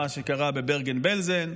מה שקרה בברגן בלזן,